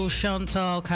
Chantal